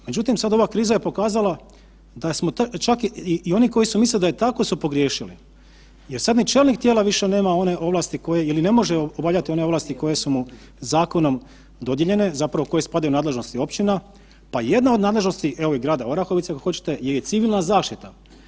Međutim, sad ova kriza je pokazala da smo, čak i oni koji su mislili da je tako su pogriješili jer sad ni čelnik tijela više nema one ovlasti koje ili ne može obavljati one ovlasti koje su mu zakonom dodijeljene, zapravo koje spadaju u nadležnosti općina, pa i jedna od nadležnosti, evo i grada Orehovice ako hoćete je civilna zaštita.